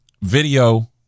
video